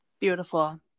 Beautiful